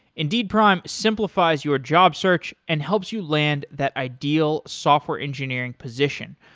indeed prime simplifies your job search and helps you land that ideal software engineering position.